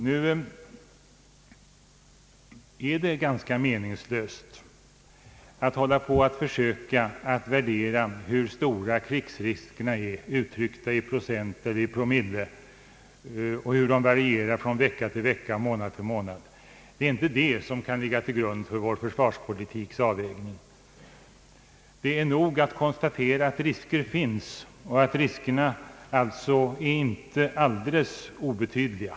Nu är det ganska meningslöst att försöka värdera hur stora krigsriskerna är uttryckta i procent eller promille och hur de varierar från vecka till vecka och från månad till månad. En sådan beräkning kan inte läggas till grund för avvägningen av vår försvarspolitik. Det räcker att konstatera att risker finns, risker som inte är alldeles obetydliga.